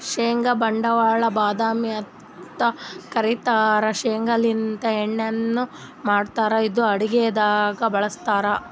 ಶೇಂಗಾ ಬಡವರ್ ಬಾದಾಮಿ ಅಂತ್ ಕರಿತಾರ್ ಶೇಂಗಾಲಿಂತ್ ಎಣ್ಣಿನು ಮಾಡ್ತಾರ್ ಇದು ಅಡಗಿದಾಗ್ ಬಳಸ್ತಾರ್